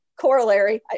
corollary